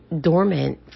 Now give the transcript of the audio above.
dormant